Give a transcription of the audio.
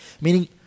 Meaning